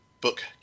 book